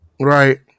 Right